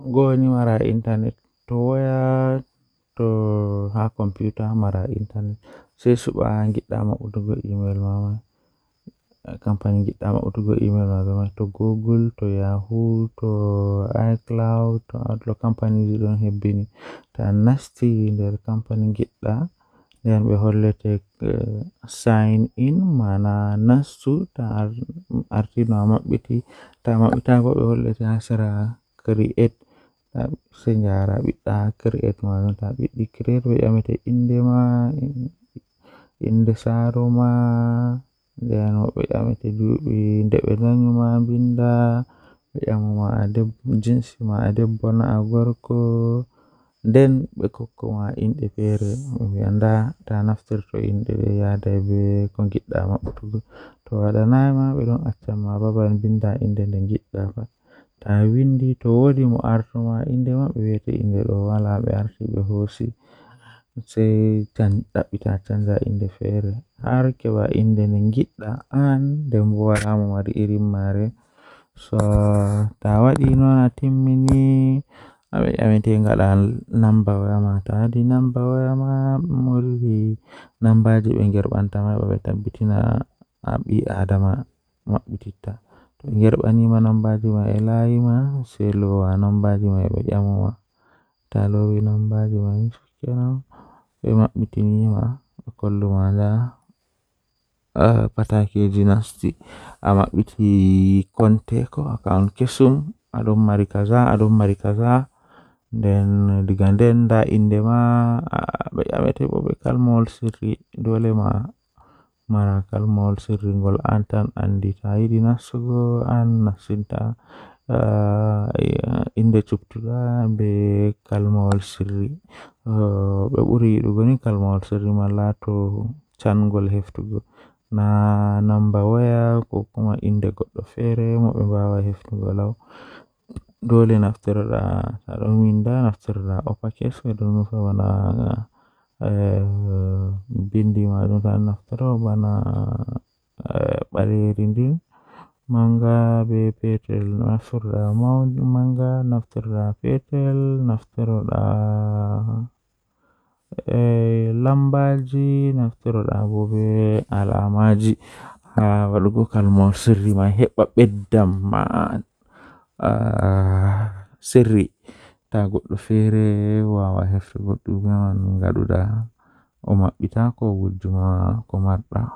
Mi mauni haa lesdi Nigeria wuro yola haa nder Adamawa Miɗo waawi helpi e waɗde nder konngol, ammaa miɗo waɗi goɗɗum, ammaa miɗo waawi yeddi e waawugol places ngal. So aɗa waawi waɗde ɗum ko ɗoo wuro, naatude tuma ngal.